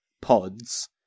pods